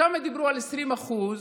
שם דיברו על 20%